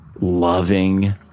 loving